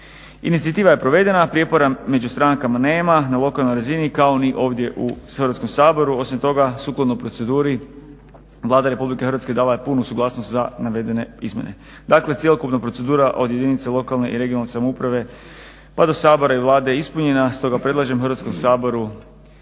Inicijativa je provedena, prijepora među strankama nema na lokalnoj razini, ako ni ovdje u Hrvatskom saboru osim toga sukladno proceduri Vlada Republike Hrvatske dala je punu suglasnost za navedene izmjene. Dakle, cjelokupna procedura od jedinica lokalne i regionalne samouprave pa do Sabora i Vlade je ispunjena stoga predlažem Hrvatskom saboru